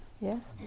yes